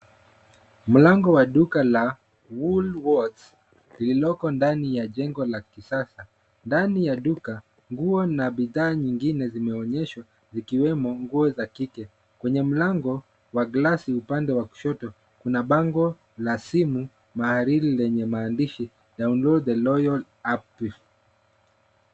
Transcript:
Mlango wa duka la Woolworths lililoko ndani ya jengo la kisasa . Ndani ya duka, nguo na bidhaa nyingine zimeonyeshwa, zikiwemo nguo za kike. Kwenye mlango wa glasi upande wa kushoto, kuna bango la simu mahiri lenye maandishi download the loyal app too .